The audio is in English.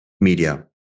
media